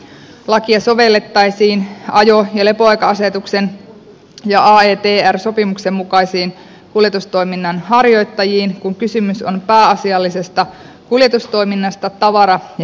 lakia sovellettaisiin ajo ja lepoaika asetuksen ja aetr sopimuksen mukaisiin kuljetustoiminnan harjoittajiin kun kysymys on pääasiallisesta kuljetustoiminnasta tavara ja henkilöliikenteessä